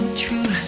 true